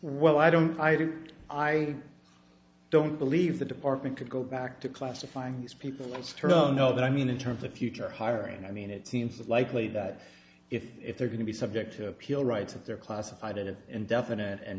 well i don't i really i don't believe the department could go back to classifying these people want to turn know that i mean in terms of future hiring i mean it seems likely that if if they're going to be subject to appeal rights of they're classified as indefinite and